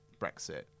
Brexit